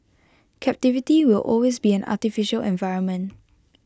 captivity will always be an artificial environment